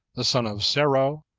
the son of cero,